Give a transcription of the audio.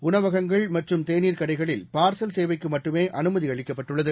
உணவகங்கள் மற்றும் தேனீர் கடைகளில் பார்சல் சேவைக்குமட்டுமேஅனுமதிஅளிக்கப்பட்டுள்ளது